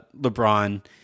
LeBron